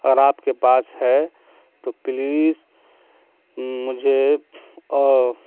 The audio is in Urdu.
اگر آپ کے پاس ہے تو پلیز مجھے وہ